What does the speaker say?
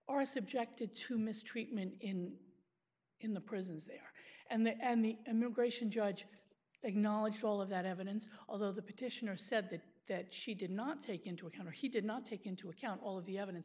are subjected to mistreatment in in the prisons there and that and the immigration judge acknowledged all of that evidence although the petitioner said that that she did not take into account or he did not take into account all of the evidence